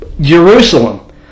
Jerusalem